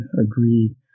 agreed